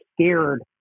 scared